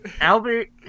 albert